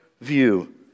view